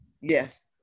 Yes